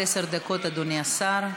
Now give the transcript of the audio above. עד עשר דקות, אדוני השר.